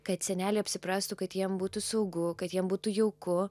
kad senelė apsiprastų kad jiems būtų saugu kad jiems būtų jauku